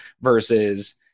versus